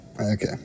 okay